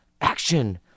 action